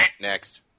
Next